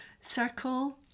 circle